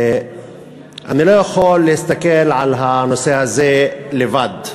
אני לא יכול להסתכל על הנושא הזה לבד,